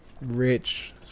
rich